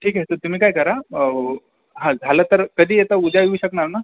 ठीक आहे तर तुम्ही काय करा झालं तर कधी येत उद्या येऊ शकणार ना